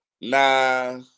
Nah